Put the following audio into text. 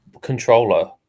controller